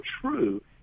true